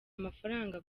amafaranga